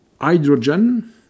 hydrogen